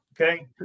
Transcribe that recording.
Okay